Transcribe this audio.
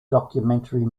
documentary